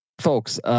folks